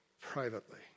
privately